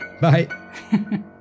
bye